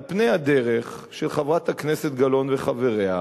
על פני הדרך של חברת הכנסת גלאון וחבריה,